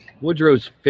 Woodrow's